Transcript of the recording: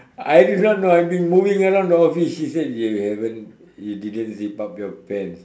I did not know I've been moving around the office she say you haven't you didn't zip up your pants